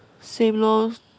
same lor